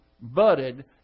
budded